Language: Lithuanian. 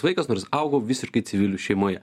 vaikas nors augau visiškai civilių šeimoje